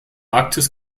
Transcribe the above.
arktis